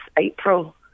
April